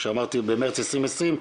שאמרתי מרץ 2020,